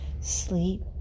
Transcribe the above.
sleep